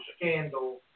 scandal